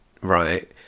right